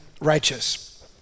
righteous